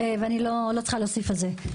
ואני לא צריכה להוסיף על זה.